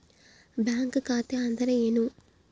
Bank ಖಾತೆ ಅಂದರೆ ಏನು?